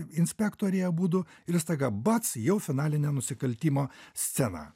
inspektoriai abudu ir staiga bac jau finalinė nusikaltimo scena